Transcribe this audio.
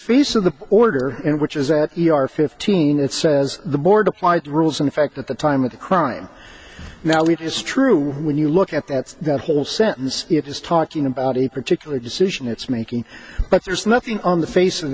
face of the order in which is that e r fifteen it says the board applied the rules in effect at the time of the crime now it is true when you look at that that whole sentence it is talking about a particular decision it's making but there's nothing on the face of